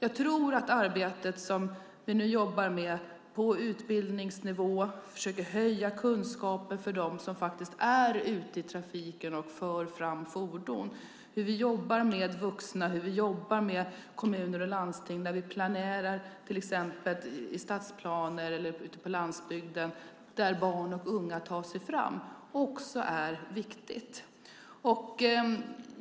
Det arbete som vi nu jobbar med, i fråga om utbildningsnivå, där vi försöker höja kunskapen för dem som är ute i trafiken och för fram fordon, hur vi jobbar med vuxna och hur vi jobbar med kommuner och landsting till exempel i fråga om stadsplaner eller ute på landsbygden där barn och unga tar sig fram är viktigt.